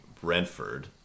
Brentford